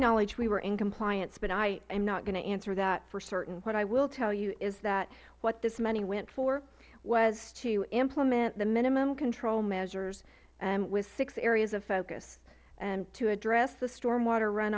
knowledge we were in compliance but i am not going to answer that for certain what i will tell you is that what this money went for was to implement the minimum control measures with six areas of focus to address the stormwater run